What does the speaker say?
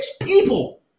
people